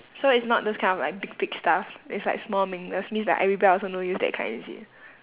so it's not those kind of like big big stuff it's like small meaningless means like I rebel also no use that kind is it